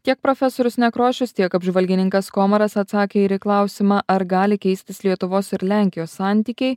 tiek profesorius nekrošius tiek apžvalgininkas komaras atsakė ir į klausimą ar gali keistis lietuvos ir lenkijos santykiai